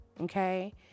Okay